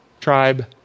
tribe